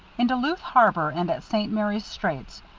in duluth harbor, and at st. mary's straits,